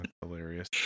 Hilarious